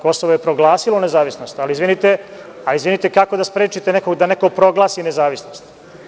Kosovo je proglasilo nezavisnost, ali izvinite, kako da sprečite nekog da proglasi nezavisnost?